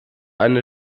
eine